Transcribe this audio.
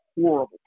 horrible